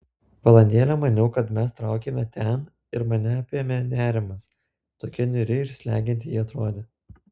valandėlę maniau kad mes traukiame ten ir mane apėmė nerimas tokia niūri ir slegianti ji atrodė